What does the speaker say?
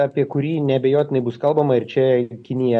apie kurį neabejotinai bus kalbama ir čia kinija